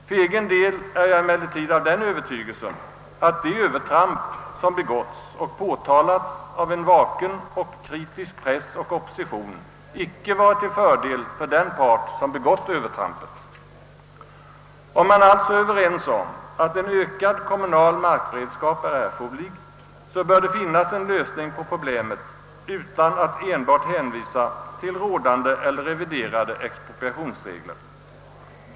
För egen del är jag emellertid övertygad om att de övertramp som gjorts och som påtalats av en vaken och kritisk press och opposition icke varit till fördel för den part som gjort övertrampen. Om man alltså är ense om att en ökad kommunal markberedskap är erforderlig, så bör man kunna finna en annan lösning på problemet än att bara hänvisa till rådande och reviderade expropriationsregler.